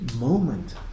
moment